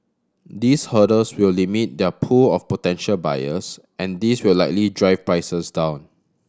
these hurdles will limit their pool of potential buyers and this will likely drive prices down